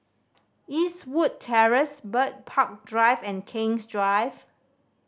Eastwood Terrace Bird Park Drive and King's Drive